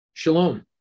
Shalom